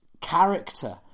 character